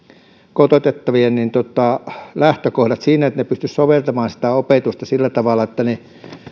kotoutettavien lähtökohdat niin että he pystyisivät soveltamaan sitä opetusta sillä tavalla että kotoutettavat